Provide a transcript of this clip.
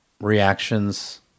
reactions